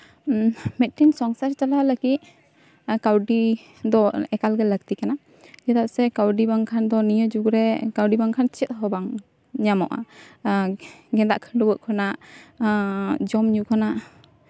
ᱢᱤᱫᱴᱮᱱ ᱥᱚᱝᱥᱟᱨ ᱪᱟᱞᱟᱣ ᱞᱟᱹᱜᱤᱫ ᱠᱟᱹᱣᱰᱤ ᱫᱚ ᱮᱠᱟᱞᱜᱮ ᱞᱟᱹᱠᱛᱤ ᱠᱟᱱᱟ ᱪᱮᱫᱟᱜ ᱥᱮ ᱠᱟᱹᱣᱰᱚ ᱵᱟᱝᱠᱷᱟᱱ ᱫᱚ ᱱᱤᱭᱟᱹ ᱡᱩᱜᱽᱨᱮ ᱠᱟᱹᱣᱰᱤ ᱵᱟᱝᱠᱷᱟᱱ ᱪᱮᱫ ᱦᱚᱸ ᱵᱟᱝ ᱧᱟᱢᱚᱜᱼᱟ ᱜᱮᱸᱫᱟᱜ ᱠᱷᱟᱹᱰᱩᱣᱟᱹᱜ ᱠᱷᱚᱱᱟᱜ ᱡᱚᱢᱧᱩ ᱠᱷᱚᱱᱟᱜ